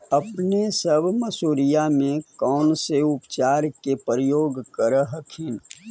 अपने सब मसुरिया मे कौन से उपचार के प्रयोग कर हखिन?